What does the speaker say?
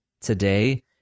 today